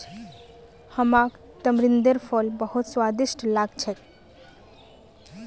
हमाक तमरिंदेर फल बहुत स्वादिष्ट लाग छेक